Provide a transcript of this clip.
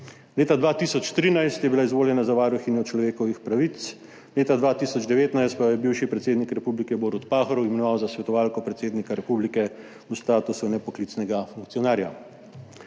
Leta 2013 je bila izvoljena za varuhinjo človekovih pravic, leta 2019 pa jo je bivši predsednik republike Borut Pahor imenoval za svetovalko predsednika republike v statusu nepoklicnega funkcionarja.